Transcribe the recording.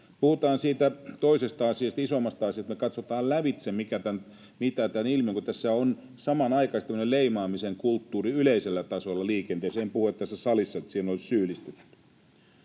Puhutaan siitä toisesta asiasta, isommasta asiasta, että katsotaan lävitse, mikä tämä ilmiö on, kun tässä on samanaikaisesti tämmöinen leimaamisen kulttuuri yleisellä tasolla liikenteessä — en puhu, että tässä salissa siihen olisi syyllistytty.